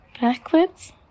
backwards